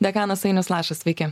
dekanas ainius lašas sveiki